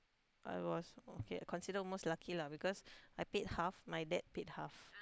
I was okay I consider most lucky lah because I paid half my dad paid half